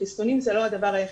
חיסונים זה לא הדבר היחיד.